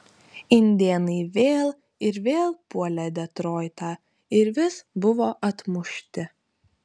indėnai vėl ir vėl puolė detroitą ir vis buvo atmušti